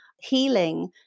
healing